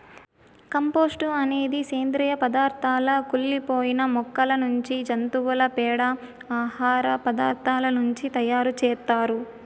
compost అనేది సేంద్రీయ పదార్థాల కుళ్ళి పోయిన మొక్కల నుంచి, జంతువుల పేడ, ఆహార పదార్థాల నుంచి తయారు చేత్తారు